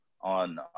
on